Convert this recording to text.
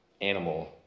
animal